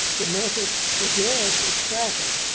the method for gas is fracking.